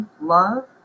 love